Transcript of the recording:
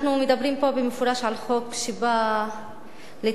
אנחנו מדברים פה במפורש על חוק שבא לצמצם